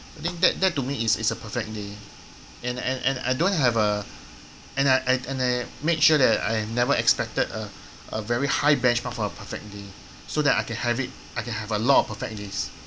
I think that that to me is is a perfect day and and and I don't have a and I and I make sure that I have never expected a a very high benchmark for my perfect day so that I can have it I can have a lot of perfect days